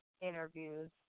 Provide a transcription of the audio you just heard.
interviews